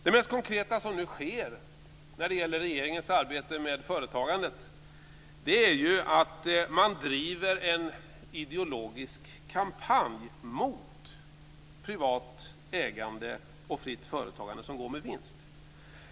Det mest konkreta som nu sker när det gäller regeringens arbete med företagandet är att man driver en ideologisk kampanj mot privat ägande och fritt företagande som går med vinst.